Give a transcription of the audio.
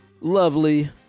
lovely